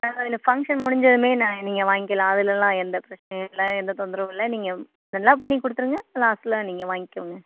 இந்த ஃபங்க்ஷன் முடிந்ததுமே நான் நீங்கள் வாங்கிக்கலாம் அதுலலாம் எந்த பிரச்சினையும் இல்லை எந்த தொந்தரவும் இல்லை நீங்கள் நல்லா பண்ணிக் கொடுத்துருங்க லாஸ்ட்லே நீங்கள் வாங்கிக்கோங்க